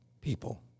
people